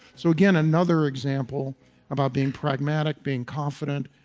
so again, another example about being pragmatic, being confident,